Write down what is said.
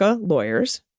lawyers